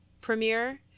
premiere